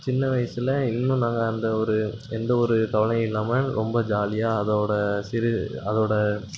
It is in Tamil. சின்ன வயிசில் இன்னும் நாங்கள் அந்த ஒரு எந்த ஒரு கவலையும் இல்லாமல் ரொம்ப ஜாலியாக அதோட சிரு அதோட